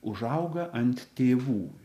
užauga ant tėvų